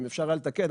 אם אפשר לתקן,